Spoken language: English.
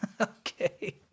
Okay